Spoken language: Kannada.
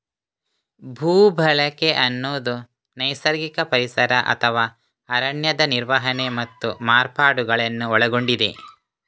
ಭೂ ಬಳಕೆ ಅನ್ನುದು ನೈಸರ್ಗಿಕ ಪರಿಸರ ಅಥವಾ ಅರಣ್ಯದ ನಿರ್ವಹಣೆ ಮತ್ತು ಮಾರ್ಪಾಡುಗಳನ್ನ ಒಳಗೊಂಡಿದೆ